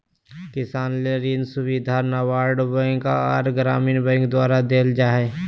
किसान ले ऋण सुविधा नाबार्ड बैंक आर ग्रामीण बैंक द्वारा देल जा हय